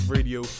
Radio